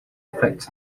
effects